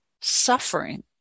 suffering